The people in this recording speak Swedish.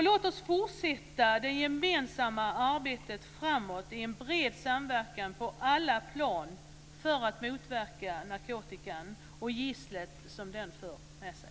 Låt oss fortsätta det gemensamma arbetet framåt i en bred samverkan på alla plan för att motverka narkotikan och det gissel som den för med sig!